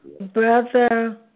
Brother